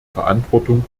verantwortung